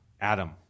Adam